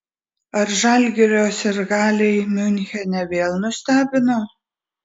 ar žalgirio sirgaliai miunchene vėl nustebino